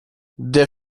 der